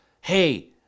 Hey